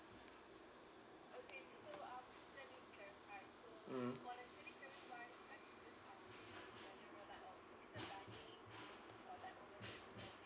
mm